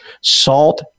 Salt